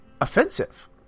offensive